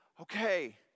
okay